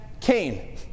Cain